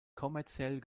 kommerziell